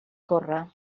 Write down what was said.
córrer